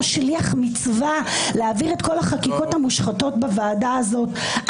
כמו שליח מצווה להעביר את כל החקיקות המושחתות בוועדה הזאת.